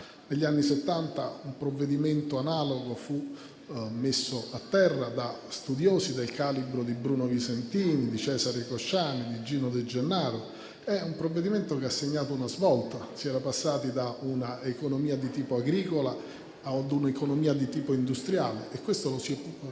quando un provvedimento analogo fu messo a terra da studiosi del calibro di Bruno Visentini, di Cesare Cosciani, di Gino De Gennaro. Fu un provvedimento che segnò una svolta, nel passaggio da una economia di tipo agricola ad un'economia di tipo industriale. E questo lo si fece